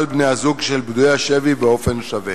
בני-הזוג של פדויי השבי באופן שווה.